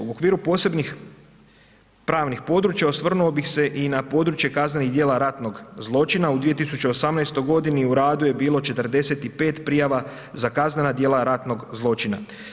U okviru posebnih pravnih područja, osvrnuo bih se i na područje kaznenih djela ratnog zločina, u 2018. g. u radu je bilo 45 prijava za kaznena djela ratnog zločina.